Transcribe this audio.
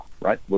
right